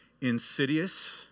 insidious